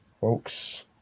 folks